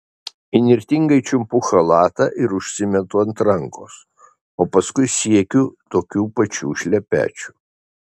įnirtingai čiumpu chalatą ir užsimetu ant rankos o paskui siekiu tokių pačių šlepečių